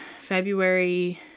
February